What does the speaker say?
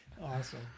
Awesome